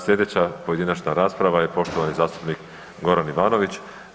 Slijedeća pojedinačna rasprava je poštovani zastupnik Goran Ivanović.